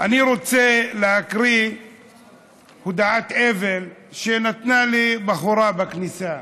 אני רוצה להקריא הודעת אבל שנתנה לי בחורה בכניסה,